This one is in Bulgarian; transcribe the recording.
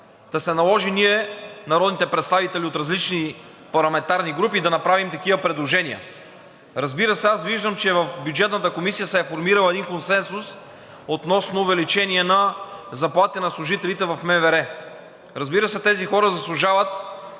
та се наложи ние, народните представители от различни парламентарни групи, да направим такива предложения. Разбира се, аз виждам, че в Бюджетната комисия се е формирал един консенсус относно увеличение на заплатите на служителите в МВР. Разбира се, тези хора заслужават